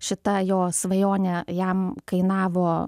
šita jo svajonė jam kainavo